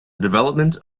development